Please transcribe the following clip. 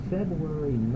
February